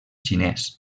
xinès